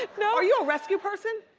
you know are you a rescue person?